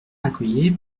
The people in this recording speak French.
accoyer